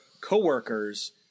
coworkers